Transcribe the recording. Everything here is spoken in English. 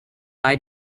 eye